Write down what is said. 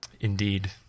Indeed